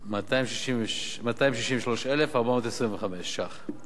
ו-263,425 שקלים.